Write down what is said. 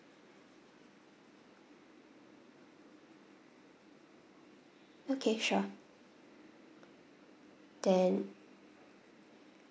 okay sure then